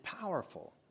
powerful